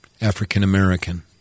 African-American